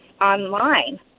online